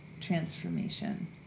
transformation